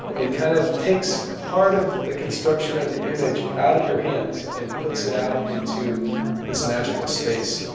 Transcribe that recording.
it kind of takes part of the construction of the image out of your hands and puts it out into this magical space.